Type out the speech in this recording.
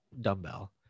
dumbbell